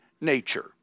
nature